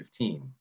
2015